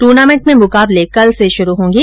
tournament में मुकाबले कल से शुरू होंगे